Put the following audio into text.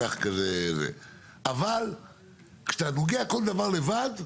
אבל כשאתה נוגע בכל דבר לבד,